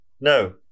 No